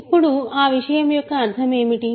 ఇప్పుడు ఆ విషయం యొక్క అర్ధం ఏమిటి